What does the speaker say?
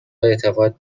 اعتقاد